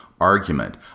argument